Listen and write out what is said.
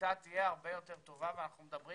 הקליטה תהיה הרבה יותר טובה ואנחנו מדברים